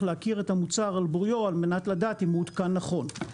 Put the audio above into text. להכיר את המוצר על בוריו על מנת לדעת אם הוא הותקן נכון.